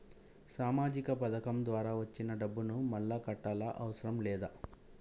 సామాజిక పథకం ద్వారా వచ్చిన డబ్బును మళ్ళా కట్టాలా అవసరం లేదా?